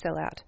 sellout